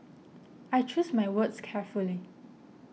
I choose my words carefully